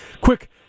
quick